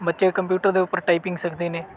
ਬੱਚੇ ਕੰਪਿਊਟਰ ਦੇ ਉੱਪਰ ਟਾਈਪਿੰਗ ਸਿੱਖਦੇ ਨੇ